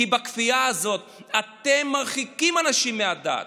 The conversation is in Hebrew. כי בכפייה הזאת אתם מרחיקים אנשים מהדת.